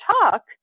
talk